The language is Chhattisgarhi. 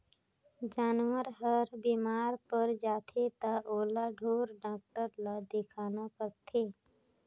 जानवर हर बेमार पर जाथे त ओला ढोर डॉक्टर ल देखाना परथे